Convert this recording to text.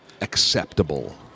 acceptable